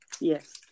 Yes